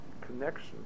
connection